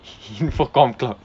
info comm club